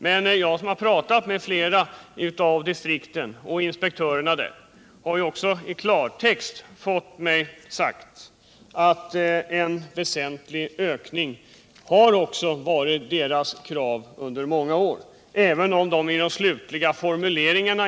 Men jag har talat med flera av inspektörerna i distrikten och fått klart besked om att deras krav under många år varit att få en väsentligt större ökning, även om detta inte framgått av de slutliga formuleringarna.